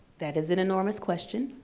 that is an enormous question.